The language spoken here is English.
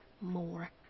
more